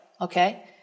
Okay